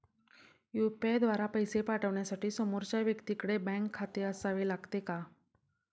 UPI द्वारा पैसे पाठवण्यासाठी समोरच्या व्यक्तीकडे बँक खाते असावे लागते का?